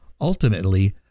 ultimately